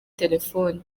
telefone